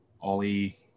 Ollie